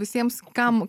visiems kam